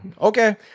Okay